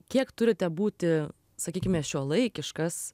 kiek turite būti sakykime šiuolaikiškas